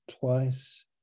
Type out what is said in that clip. twice